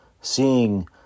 seeing